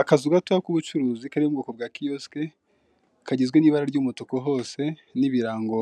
Akazu gatoya k'ubucuruzi, kari mu bwoko bwa kiyosike, kagizwe n'ibara ry'umutuku hose, n'ibirango